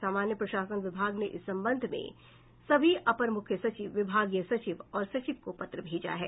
सामान्य प्रशासन विभाग ने इस संबंध में सभी अपर मुख्य सचिव विभागीय सचिव और सचिव को पत्र भेजा है